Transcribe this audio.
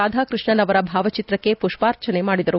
ರಾಧಾಕೃಷ್ಣ ಅವರ ಭಾವಚತ್ರಕ್ಕೆ ಪುಷ್ಪಾರ್ಚಣೆ ಮಾಡಿದರು